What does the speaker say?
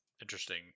interesting